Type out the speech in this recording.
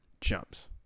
jumps